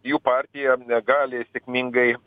jų partija gali sėkmingai